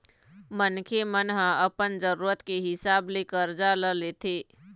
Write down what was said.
मनखे मन ह अपन जरुरत के हिसाब ले करजा ल लेथे